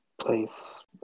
Place